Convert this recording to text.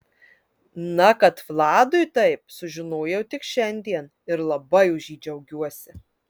na kad vladui taip sužinojau tik šiandien ir labai už jį džiaugiuosi